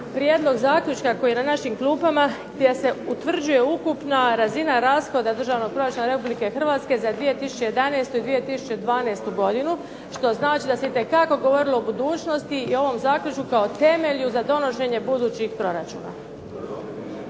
prijedlog zaključka koji je na našim klupama gdje se utvrđuje ukupna razina rashoda Državnog proračuna Republike Hrvatske za 2011. i 2012. godinu što znači da se itekako govorilo o budućnosti i ovom zaključku kao temelju za donošenje budućih proračuna.